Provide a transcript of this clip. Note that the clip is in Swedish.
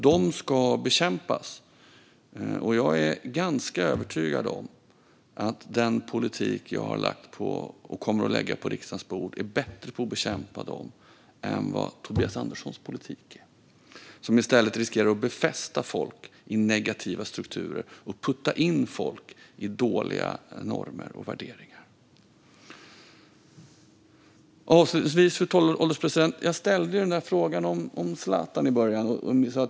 De ska bekämpas. Och jag är ganska övertygad om att den politik som jag har lagt och kommer att lägga på riksdagens bord är bättre på att bekämpa dem än Tobias Anderssons politik, som i stället riskerar att befästa folk i negativa strukturer och putta in folk i dåliga normer och värderingar. Avslutningsvis, fru ålderspresident, ställde jag en fråga om Zlatan i början.